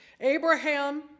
Abraham